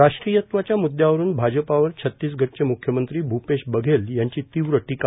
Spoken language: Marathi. राष्ट्रीयत्वाच्या मुद्यावरून भाजपावर छत्तीसगढचे मुख्यमंत्री भूपेष बघेल यांची तीव्र टीका